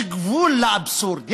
יש גבול לאבסורד,